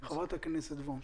חברת הכנסת וונש.